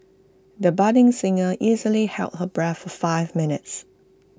the budding singer easily held her breath for five minutes